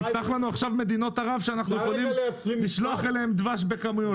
נפתחו עכשיו בפנינו מדינות ערב שאנחנו יכולים לשלוח אליהן דבש בכמויות,